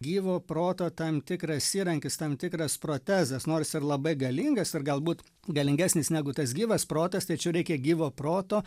gyvo proto tam tikras įrankis tam tikras protezas nors ir labai galingas ir galbūt galingesnis negu tas gyvas protas tačiau reikia gyvo proto